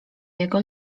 jego